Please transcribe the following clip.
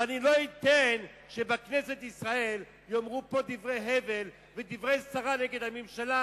ואני לא אתן שבכנסת ישראל יאמרו פה דברי הבל ודברי סרה נגד הממשלה,